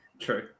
true